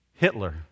Hitler